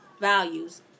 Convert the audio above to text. values